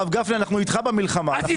אנחנו איתך במלחמה.